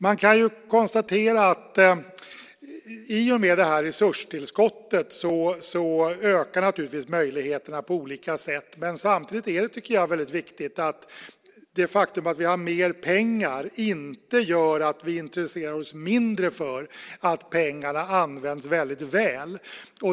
Man kan konstatera att möjligheterna i och med resurstillskottet ökar på olika sätt, men samtidigt är det viktigt att det faktum att vi har mer pengar inte gör att vi intresserar oss mindre för att de används väl.